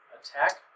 attack